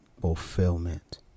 fulfillment